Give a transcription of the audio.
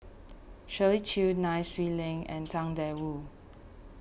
Shirley Chew Nai Swee Leng and Tang Da Wu